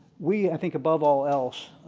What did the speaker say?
we, i think above all else,